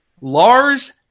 Lars